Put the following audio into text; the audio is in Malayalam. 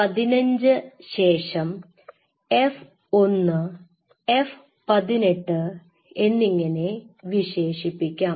E15 ശേഷം F I F 18 എന്നിങ്ങനെ വിശേഷിപ്പിക്കാം